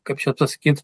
kaip čia pasakyt